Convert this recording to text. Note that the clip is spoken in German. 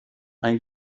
ein